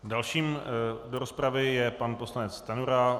Dalším do rozpravy je pan poslanec Stanjura.